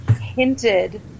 hinted